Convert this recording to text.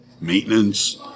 maintenance